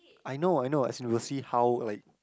I know I know as in we will see how like